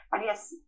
yes